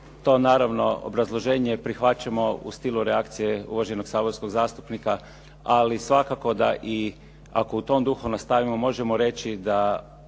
to naravno obrazloženje prihvaćamo u stilu reakcije uvaženog saborskog zastupnika, ali svakako da i ako u tom duhu nastavimo možemo reći da